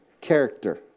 Character